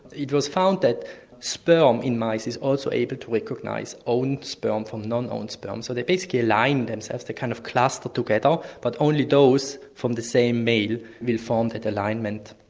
it was found that sperm in mice is also able to recognise own sperm from non-own sperm. so they basically align themselves to kind of cluster together, but only those from the same male will form that alignment.